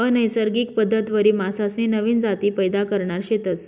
अनैसर्गिक पद्धतवरी मासासनी नवीन जाती पैदा करणार शेतस